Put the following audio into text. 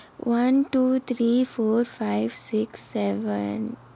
one two three four five six seven